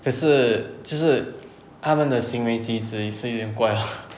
可是就是他们的行为其实是有一点怪 ah